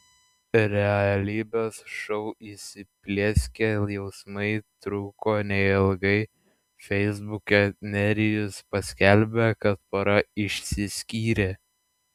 realybės šou įsiplieskę jausmai truko neilgai feisbuke nerijus paskelbė kad pora išsiskyrė